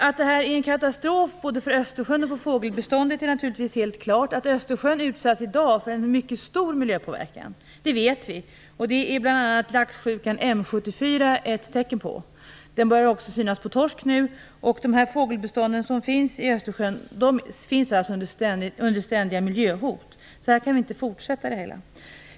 Att detta är en katastrof både för Östersjön och för fågelbeståndet är naturligtvis helt klart. Östersjön utsätts i dag för en mycket stor miljöpåverkan. Det vet vi. Det är bl.a. laxsjukan M74 ett tecken på. Den börjar nu också synas på torsk. De fågelbestånd som finns i Östersjön lever alltså under ständiga miljöhot. Så här kan vi inte fortsätta.